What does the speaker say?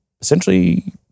essentially